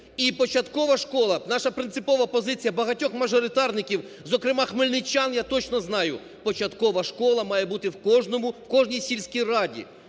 І початкова школа – наша принципова позиція багатьох мажоритарників, зокрема хмельничан, я точно знаю, – початкова школа має бути в кожному… в кожній сільській раді,